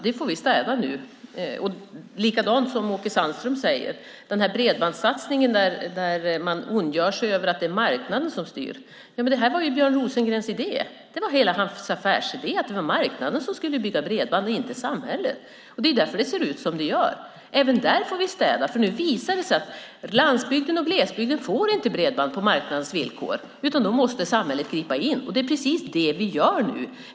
Här får vi nu städa. Likadant är det när det gäller bredbandssatsningen, som Åke Sandström tog upp. Man ondgör sig över att det är marknaden som styr. Men det var ju Björn Rosengrens idé. Det var hela hans affärsidé att det var marknaden som skulle bygga bredband och inte samhället. Det är därför det ser ut som det gör. Även där får vi städa. Nu visar det sig nämligen att landsbygden och glesbygden inte får bredband på marknadens villkor. Då måste samhället gripa in, och det är precis det vi nu gör.